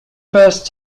first